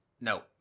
No